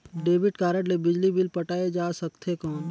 Debit card ले बिजली bill पटाय जा सकथे कौन?